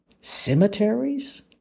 Cemeteries